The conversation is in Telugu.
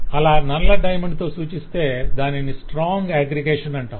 అలా నల్ల డైమండ్ తో సూచిస్తే దానిని స్ట్రాంగ్ అగ్రిగేషన్ అంటాము